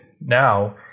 now